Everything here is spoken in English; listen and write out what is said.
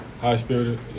high-spirited